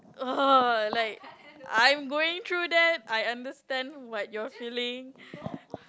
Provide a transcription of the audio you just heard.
uh like I'm going through that I understand what you're feeling